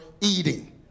eating